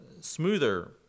smoother